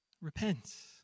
Repent